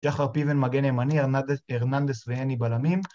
שחר פיבן, מגן הימני, הרננדס ואנני בלמים